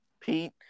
Pete